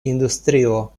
industrio